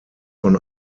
von